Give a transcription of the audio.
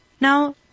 Now